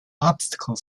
obstacle